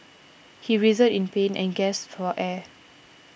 he writhed in pain and gasped for air